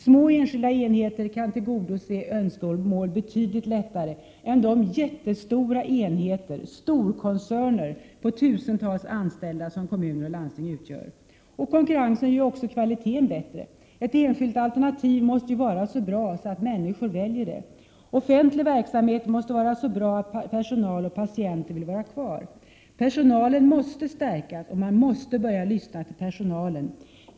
Små enskilda enheter kan tillgodose önskemål betydligt lättare än de jättestora enheter, storkoncerner på tusentals anställda, som kommuner och landsting utgör. Konkurrensen gör också kvaliteten bättre. Ett enskilt alternativ måste ju vara så bra att människor väljer det. Offentlig verksamhet måste vara så bra att personal och patienter vill vara kvar där. Personalen måste stärkas, man måste börja lyssna till personalen.